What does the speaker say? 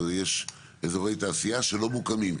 יש אזורי תעשייה שלא מוקמים,